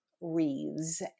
wreaths